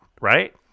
right